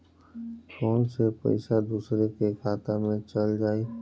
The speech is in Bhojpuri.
फ़ोन से पईसा दूसरे के खाता में चल जाई?